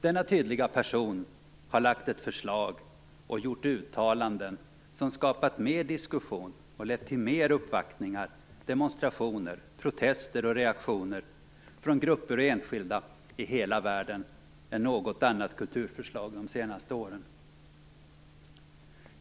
Denna tydliga person har lagt fram ett förslag och gjort uttalanden som har skapat mer diskussion och lett till mer uppvaktningar, demonstrationer, protester och reaktioner från grupper och enskilda i hela världen än något annat kulturförslag under de senaste åren.